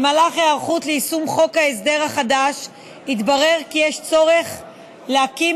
במהלך ההיערכות ליישום חוק ההסדר החדש התברר כי יש צורך להקים